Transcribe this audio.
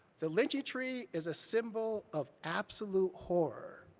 the lynching tree is a symbol of absolute horror,